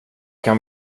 kan